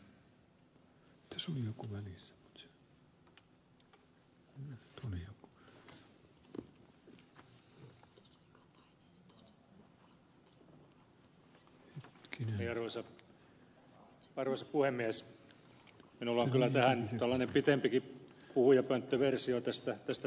minulla on kyllä tällainen pitempikin puhujapönttöversio tästä puheesta